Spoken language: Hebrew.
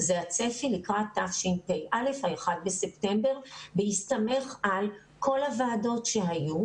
זה הצפי לקראת האחד בספטמבר תשפ"א בהסתמך על כל הוועדות שהיו,